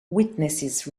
witnesses